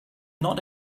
not